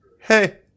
Hey